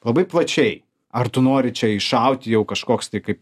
labai plačiai ar tu nori čia iššauti jau kažkoks tai kai